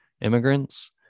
immigrants